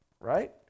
Right